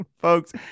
Folks